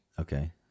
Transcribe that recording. Okay